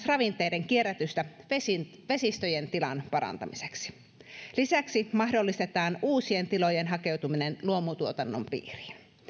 ravinteiden kierrätystä vesistöjen tilan parantamiseksi lisäksi mahdollistetaan uusien tilojen hakeutuminen luomutuotannon piiriin